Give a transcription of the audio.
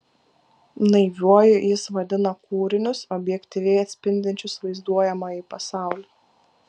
naiviuoju jis vadina kūrinius objektyviai atspindinčius vaizduojamąjį pasaulį